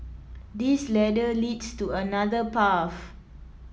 this ladder leads to another path